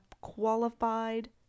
qualified